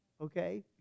Okay